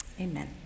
amen